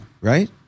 Right